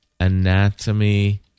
anatomy